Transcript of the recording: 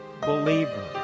believer